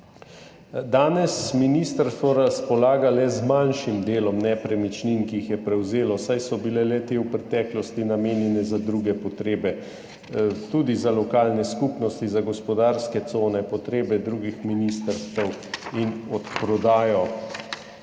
Danes ministrstvo razpolaga le z manjšim delom nepremičnin, ki jih je prevzelo, saj so bile le-te v preteklosti namenjene za druge potrebe, tudi za lokalne skupnosti, za gospodarske cone, potrebe drugih ministrstev in odprodajo.